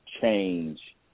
change